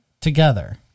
together